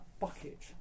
bucket